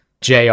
JR